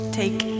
take